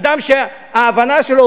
אדם שההבנה שלו,